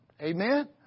Amen